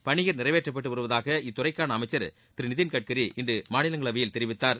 பணிகள் நிறைவேற்றப்பட்டு வருவதாக இத்துறைக்கான அமைச்சர் திரு நிதின்கட்கரி இன்று மாநிலங்களவையில் தெரிவித்தார்